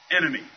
enemy